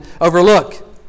overlook